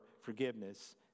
forgiveness